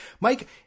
Mike